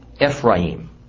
Ephraim